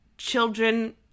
children